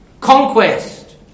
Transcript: conquest